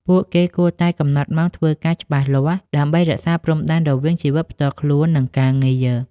ពួកគេគួរតែ កំណត់ម៉ោងធ្វើការច្បាស់លាស់ ដើម្បីរក្សាព្រំដែនរវាងជីវិតផ្ទាល់ខ្លួន និងការងារ។